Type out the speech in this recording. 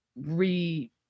re